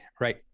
right